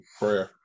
prayer